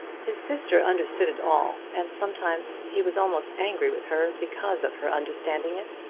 his sister understood it all, and sometimes he was almost angry with her because of her understanding it.